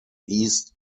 east